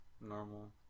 normal